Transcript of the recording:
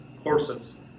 courses